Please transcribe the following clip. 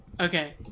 Okay